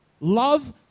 love